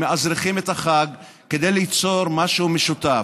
מאזרחים את החג כדי ליצור משהו משותף.